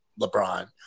LeBron